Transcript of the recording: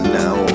now